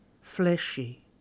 fleshy